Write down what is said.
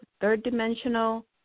third-dimensional